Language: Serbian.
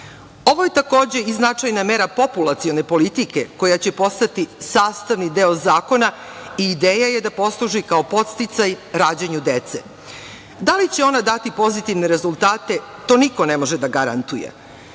je, takođe, i značajna mera populacione politike koja će postati sastavni deo zakona i ideja je da posluži kao podsticaj rađanju dece. Da li će ona dati pozitivne rezultate, to niko ne može da garantuje.